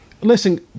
Listen